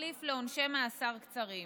כתחליף לעונשי מאסר קצרים.